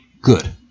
Good